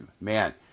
man –